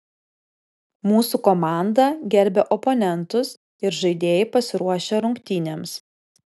mūsų komanda gerbia oponentus ir žaidėjai pasiruošę rungtynėms